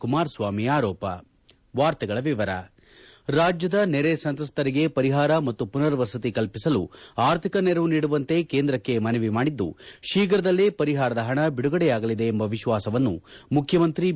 ಕುಮಾರಸ್ವಾಮಿ ಆರೋಪ ರಾಜ್ಯದ ನೆರೆ ಸಂತ್ರಸ್ತರಿಗೆ ಪರಿಹಾರ ಮತ್ತು ಪುನರ್ ವಸತಿ ಕಲ್ಲಿಸಲು ಅರ್ಥಿಕ ನೆರವು ನೀಡುವಂತೆ ಕೇಂದ್ರಕ್ಕೆ ಮನವಿ ಮಾಡಿದ್ದು ಶೀಘ್ರದಲ್ಲೇ ಪರಿಹಾರದ ಹಣ ಬಿಡುಗಡೆಯಾಗಲಿದೆ ಎಂಬ ವಿಶ್ವಾಸವನ್ನು ಮುಖ್ಯಮಂತ್ರಿ ಬಿ